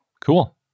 cool